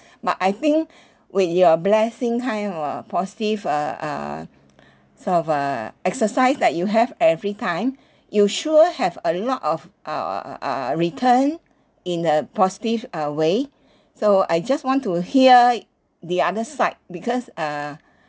but I think with your blessing kind of a positive uh uh sort of uh exercise like you have every time you sure have a lot of uh ugh uh uh return in a positive uh way so I just want to hear the other side because uh